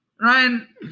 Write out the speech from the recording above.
Ryan